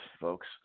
folks